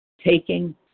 taking